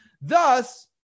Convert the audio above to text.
thus